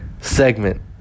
Segment